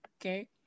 Okay